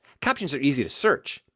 captions are easy to search.